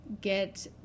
get